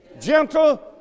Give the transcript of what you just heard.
gentle